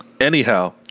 Anyhow